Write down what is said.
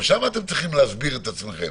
וגם שם אתם צריכים להסביר את עצמכם.